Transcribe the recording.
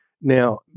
Now